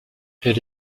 elle